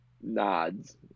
nods